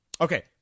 Okay